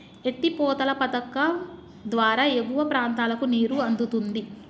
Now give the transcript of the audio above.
ఎత్తి పోతల పధకం ద్వారా ఎగువ ప్రాంతాలకు నీరు అందుతుంది